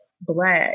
Black